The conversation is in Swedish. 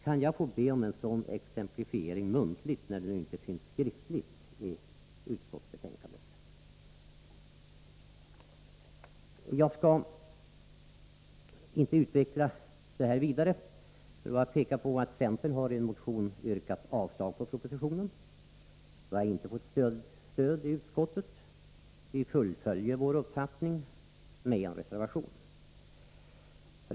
Kan jag be att få en sådan exemplifiering muntligt då det inte finns skriftligt i betänkandet. Jag skall inte utveckla detta vidare. Jag vill bara påpeka att centern har i en motion yrkat avslag på propositionens förslag. Detta har inte fått stöd i utskottet. Vi följer upp detta i en reservation.